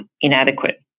inadequate